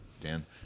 Dan